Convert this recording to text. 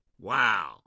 Wow